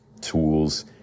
tools